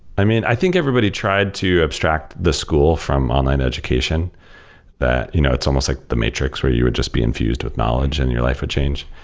i mean, i think everybody tried to abstract the school from online education that you know it's almost like the matrix where you would just be infused with knowledge, and your life would change.